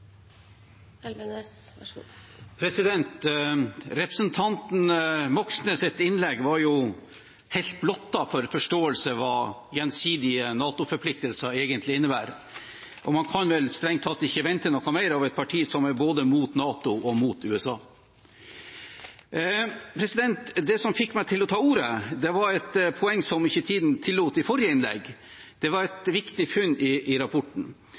Representanten Moxnes’ innlegg var helt blottet for forståelse av hva gjensidige NATO-forpliktelser egentlig innebærer. Man kan vel strengt tatt ikke vente noe mer av et parti som både er imot NATO og imot USA. Det som fikk meg til å ta ordet, var et poeng som tiden ikke tillot i forrige innlegg. Det var et viktig funn i rapporten. I rapporten